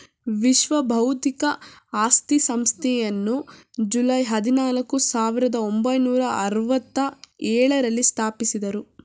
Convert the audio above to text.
ವಿಶ್ವ ಬೌದ್ಧಿಕ ಆಸ್ತಿ ಸಂಸ್ಥೆಯನ್ನು ಜುಲೈ ಹದಿನಾಲ್ಕು, ಸಾವಿರದ ಒಂಬೈನೂರ ಅರವತ್ತ ಎಳುರಲ್ಲಿ ಸ್ಥಾಪಿಸಿದ್ದರು